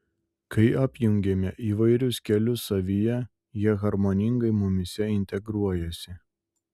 kai apjungiame įvairius kelius savyje jie harmoningai mumyse integruojasi